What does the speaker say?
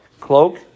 cloak